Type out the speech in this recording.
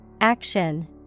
Action